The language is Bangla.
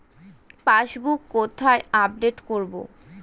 পাসবুক কোথায় আপডেট করব?